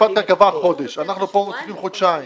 חל לגביו חודש ואנחנו פה מוסיפים חודשיים.